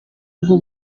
bwo